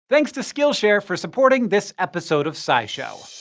thanks to skillshare for supporting this episode of scishow.